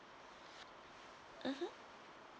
mmhmm